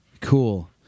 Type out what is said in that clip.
Cool